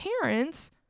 parents